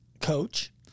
coach